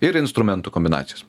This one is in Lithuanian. ir instrumentų kombinacijas